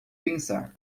pensar